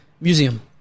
museum